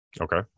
Okay